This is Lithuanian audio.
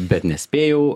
bet nespėjau